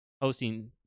posting